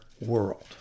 world